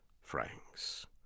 francs